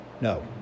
No